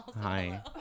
Hi